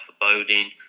foreboding